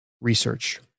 research